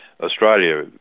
Australia